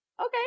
okay